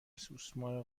سوسمار